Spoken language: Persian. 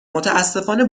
متاسفانه